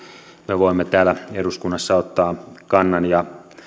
me voimme täällä eduskunnassa ottaa kannan ja velvoittaa